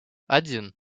один